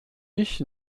ich